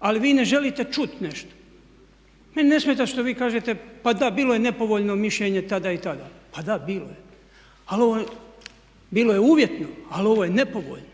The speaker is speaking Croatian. ali vi ne želite čuti nešto. Meni ne smeta što vi kažete, pa da, bilo je nepovoljno mišljenje tada i tada. Pa da, bilo je. Ali bilo je uvjetno, ali ovo je nepovoljno.